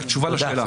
רק תשובה לשאלה.